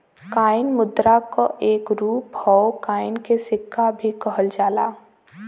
coin मुद्रा क एक रूप हौ कॉइन के सिक्का भी कहल जाला